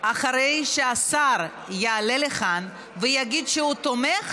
אחרי שהשר יעלה לכאן ויגיד שהוא תומך,